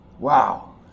Wow